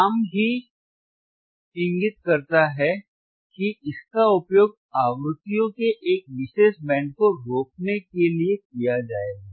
नाम ही इंगित करता है कि इसका उपयोग आवृत्तियों के एक विशेष बैंड को रोकने के लिए किया जाएगा